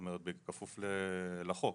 בכפוף לחוק.